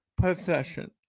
possession